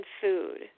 food